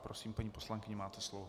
Prosím, paní poslankyně, máte slovo.